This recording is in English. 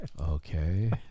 okay